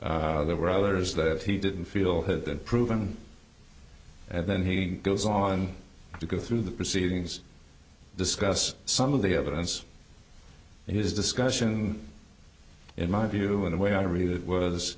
d there were others that he didn't feel has been proven and then he goes on to go through the proceedings discuss some of the evidence and his discussion in my view in the way i read it was